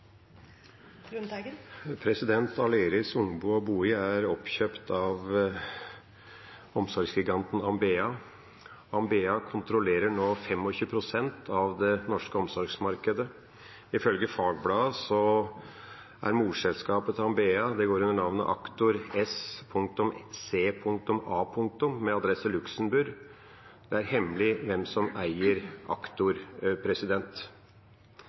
Aleris Ungplan & BOI er oppkjøpt av omsorgsgiganten Ambea. Ambea kontrollerer nå 25 pst. av det norske omsorgsmarkedet. Ifølge Fagbladet går morselskapet til Ambea under navnet Actor S.C.A. – med adresse i Luxembourg. Det er hemmelig hvem som eier